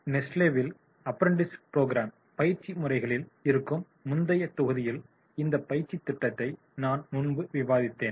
நெஸ்லேவில் ஆஃப்ரீன்ட்டிஸ்ஷிப் ப்ரோக்ராம் பயிற்சி முறைகளில் இருக்கும் முந்தைய தொகுதியில் இந்த பயிற்சி திட்டத்தை நான் முன்பு விவாதித்தேன்